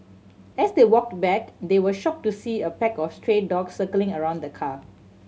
as they walked back they were shocked to see a pack of stray dogs circling around the car